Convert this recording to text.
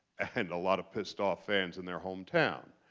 and a lot of pissed ah fans in their hometown.